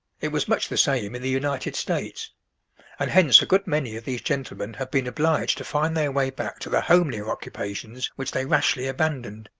it was much the same in the united states and hence a good many of these gentlemen have been obliged to find their way back to the homelier occupations which they rashly abandoned.